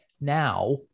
now